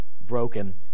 broken